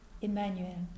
Emmanuel